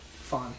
fun